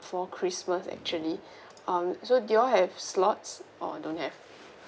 for christmas actually um so do you all have slots or don't have